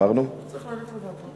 ועדת החינוך.